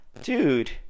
Dude